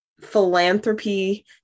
philanthropy